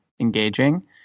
engaging